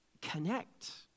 connect